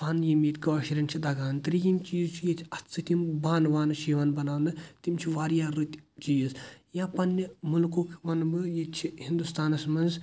فَن یِم ییٚتہِ کٲشرٮ۪ن چھِ تَگان ترٛییِم چیٖز چھ ییٚتہِ اَتھ سۭتۍ یِم بانہٕ وانہِ چھِ یِوان بناونہٕ تِم چھِ واریاہ رٕتۍ چیٖز یا پَننہِ مُلکُک وَنہٕ بہٕ ییٚتہِ چھِ ہِنٛدُستانَس منٛز